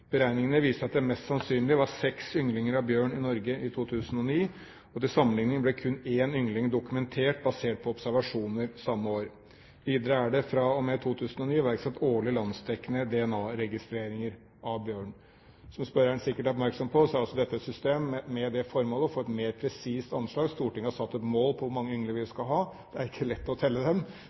Beregningene viste at det mest sannsynlig var seks ynglinger av bjørn i Norge i 2009, og til sammenligning ble kun én yngling dokumentert basert på observasjoner samme år. Videre er det fra og med 2009 iverksatt årlig landsdekkende DNA-registreringer av bjørn. Som spørreren sikkert er oppmerksom på, er altså dette et system med det formålet å få et mer presist anslag. Stortinget har satt et mål på hvor mange ynglinger vi skal ha. Det er ikke lett å telle dem